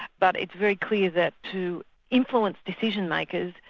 but it's very clear that to influence decision-makers,